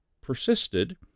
persisted